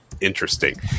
interesting